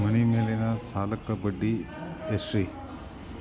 ಮನಿ ಮೇಲಿನ ಸಾಲಕ್ಕ ಬಡ್ಡಿ ಎಷ್ಟ್ರಿ?